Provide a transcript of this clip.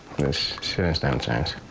this test and tight.